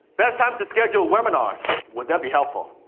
best times to schedule webinars. would that be helpful?